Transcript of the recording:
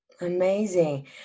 amazing